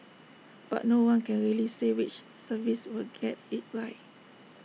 but no one can really say which service will get IT right